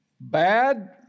Bad